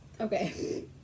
Okay